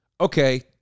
okay